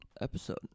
episode